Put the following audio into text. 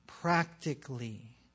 practically